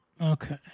Okay